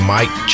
Mike